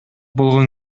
болгон